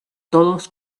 todos